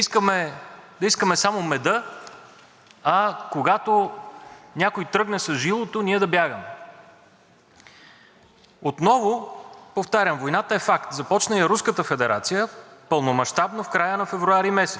Отново повтарям, войната е факт. Започна я Руската федерация пълномащабно в края на февруари месец. Фактическо признание за това, че Русия е във война, е и обявяването на частична военна мобилизация в самата Руска федерация.